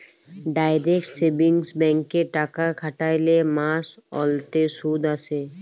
direct savings ব্যাংকে টাকা খ্যাটাইলে মাস অল্তে সুদ আসে